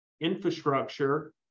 infrastructure